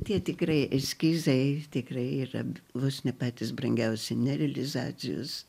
tie tikrai eskizai tikrai yra vos ne patys brangiausi ne realizacijos